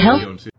help